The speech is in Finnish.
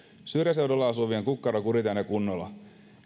syrjäseudulla asuvien kukkaroa kuritetaan ja kunnolla